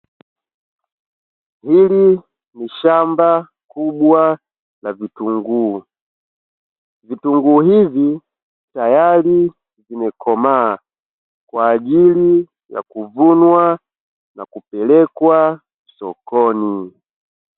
Hili ni shamba kubwa la vitunguu. Vitunguu hivi tayari vimekomaa kwa ajili ya kuvunwa na kupelekwa sokoni.